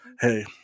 hey